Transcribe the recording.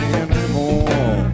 anymore